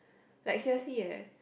like seriously eh